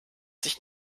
sich